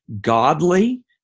godly